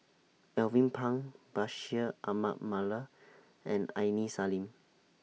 Alvin Pang Bashir Ahmad Mallal and Aini Salim